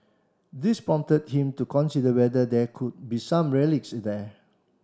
this prompted him to consider whether there could be some relics there